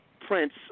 Prince